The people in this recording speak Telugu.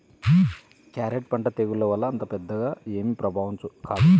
క్యారెట్ పంట తెగుళ్ల వల్ల అంత పెద్దగా ఏమీ ప్రభావితం కాదు